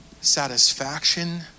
satisfaction